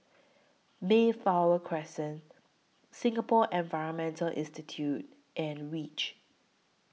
Mayflower Crescent Singapore Environment Institute and REACH